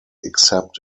except